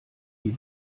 die